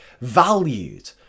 valued